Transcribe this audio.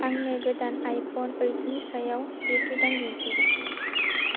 आंनो गोदान आइफन ओइटनि सायाव लिरबिदां दिन्थि